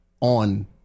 on